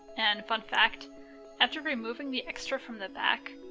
and fun fact after removing the extra from the back,